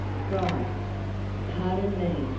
cried pardon me,